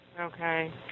Okay